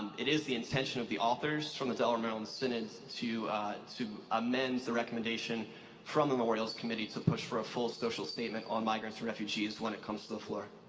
it is the intention of the authors from the delaware-maryland synod to to amend the recommendation from the memorials committee to push for a full social statement on migrants and refugees when it comes to the floor.